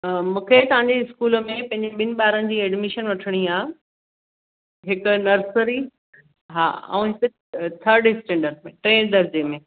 मूंखे तव्हांजे स्कूल में पंहिंजे ॿिनि ॿारनि जी एडमिशन वठिणी आहे हिकु नर्सरी हा ऐं हिकु थर्ड स्टैंडर्ड ऐं दरजे में